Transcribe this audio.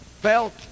felt